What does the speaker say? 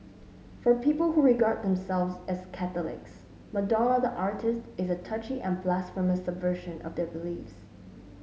for people who regard themselves as Catholics Madonna the artiste is a touchy and blasphemous subversion of their beliefs